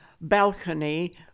balcony